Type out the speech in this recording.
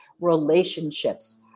relationships